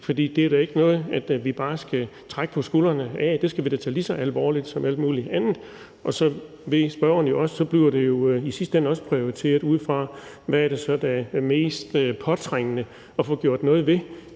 For det er da ikke noget, vi bare skal trække på skuldrene ad. Det skal vi da tage lige så alvorligt som alt muligt andet, og så ved spørgeren jo også, at så bliver det i sidste ende prioriteret, ud fra hvad der er mest påtrængende at få gjort noget ved.